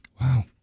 Wow